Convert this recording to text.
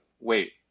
wait